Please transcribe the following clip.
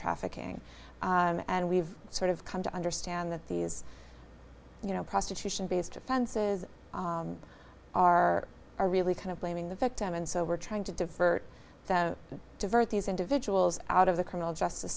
trafficking and we've sort of come to understand that these you know prostitution based offenses are are really kind of blaming the victim and so we're trying to divert that and divert these individuals out of the criminal justice